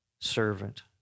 servant